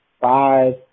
five